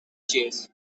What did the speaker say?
chase